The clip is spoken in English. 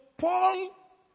Paul